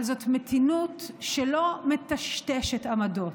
אבל זאת מתינות שלא מטשטשת עמדות.